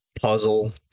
puzzle